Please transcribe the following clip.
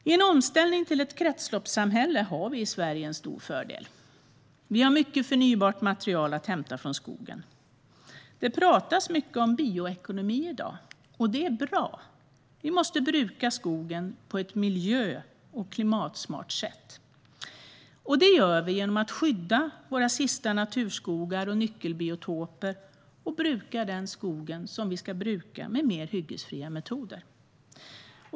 I en omställning till ett kretsloppssamhälle har vi i Sverige en stor fördel: Vi har mycket förnybart material att hämta från skogen. Det pratas mycket om bioekonomi i dag, och det är bra. Vi måste bruka skogen på ett miljö och klimatsmart sätt. Det gör vi genom att skydda våra sista naturskogar och nyckelbiotoper och bruka den skog vi ska bruka med mer hyggesfria metoder.